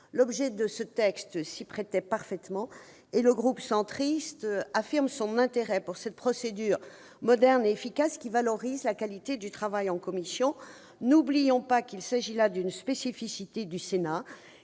L'objet du texte s'y prêtait parfaitement. Le groupe Union Centriste affirme son intérêt pour cette procédure moderne et efficace, qui valorise la qualité du travail de commission. N'oublions pas qu'il s'agit là d'une spécificité du Sénat.